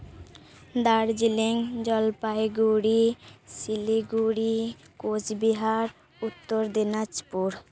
Darjeeling Jalpaiguri Siliguri Cooch Behar Uttar Dinajpur